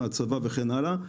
מהצבא וכן הלאה.